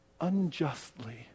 unjustly